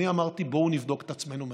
אני אמרתי: בואו נבדוק את עצמנו מחדש.